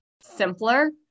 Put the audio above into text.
simpler